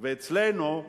ואצלנו,